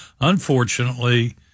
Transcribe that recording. Unfortunately